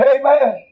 Amen